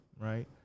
right